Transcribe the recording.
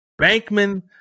Bankman